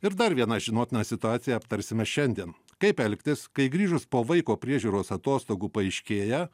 ir dar vieną žinotiną situaciją aptarsime šiandien kaip elgtis kai grįžus po vaiko priežiūros atostogų paaiškėja